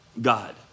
God